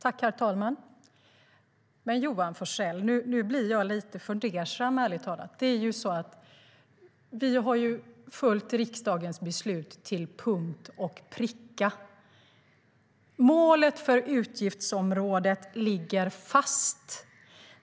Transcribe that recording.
Herr talman! Nu blir jag lite fundersam, Johan Forssell. Regeringen har följt riksdagens beslut till punkt och pricka. Målet för utgiftsområdet ligger fast.